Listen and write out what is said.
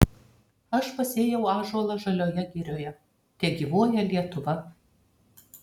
aš pasėjau ąžuolą žalioje girioje tegyvuoja lietuva